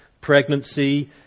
pregnancy